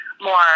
more